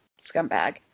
scumbag